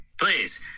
please